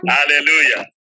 Hallelujah